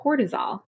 cortisol